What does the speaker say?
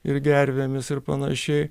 ir gervėmis ir panašiai